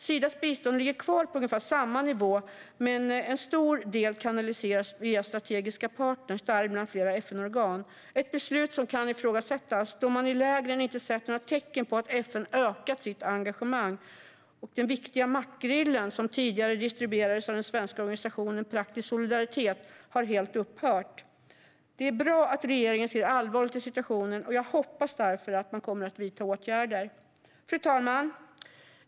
Sidas bistånd ligger kvar på ungefär samma nivå, men en stor del kanaliseras via strategiska partner, däribland flera FN-organ. Det är ett beslut som kan ifrågasättas då man i lägren inte har sett några tecken på att FN har ökat sitt engagemang. Distributionen av den viktiga makrillen som tidigare gjordes av den svenska organisationen Praktisk Solidaritet har helt upphört. Det är bra att regeringen ser allvarligt på situationen, och jag hoppas därför att man kommer att vidta åtgärder. Fru talman!